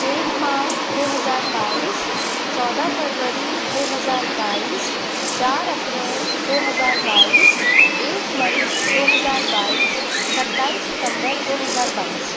एक मार्च दो हज़ार बाईस चौदह फरवरी दो हज़ार बाईस चार अप्रैल दो हज़ार बाईस एक मई दो हज़ार बाईस सत्ताईस सितंबर दो हज़ार बाईस